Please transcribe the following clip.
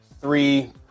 three